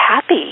happy